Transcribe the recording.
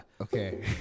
Okay